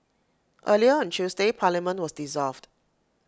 earlier on Tuesday parliament was dissolved